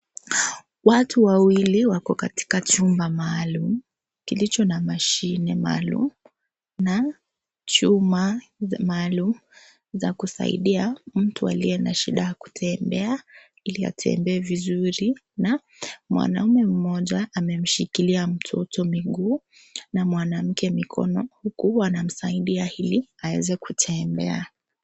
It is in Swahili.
Watu wawili wako katika chumba maalum kilicho na mashine maalum na chuma maalum za kusaidia mtu aliye na shida ya kutembea ili atembee vizuri na mwanamme mmoja amemshikilia mtoto miguu na mwanamke mikono huku wanamsaidia ili aweze kutembea.